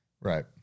Right